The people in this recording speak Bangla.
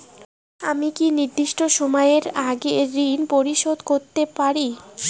আমি কি নির্দিষ্ট সময়ের আগেই ঋন পরিশোধ করতে পারি?